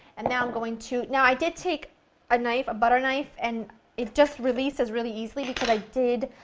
and now i'm going to now i did take a knife a butter knife and it just releases really easily because i did,